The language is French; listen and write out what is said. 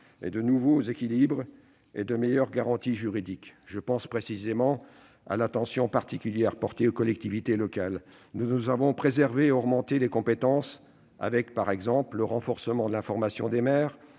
de nouveaux équilibres et de meilleures garanties juridiques. Je pense précisément à l'attention particulière portée aux collectivités locales, dont nous avons préservé et augmenté les compétences, qu'il s'agisse du renforcement de l'information des maires